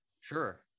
Sure